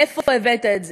מאיפה הבאת את זה?